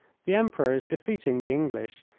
the emperor is defeating the english,